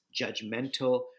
judgmental